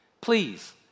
Please